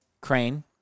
crane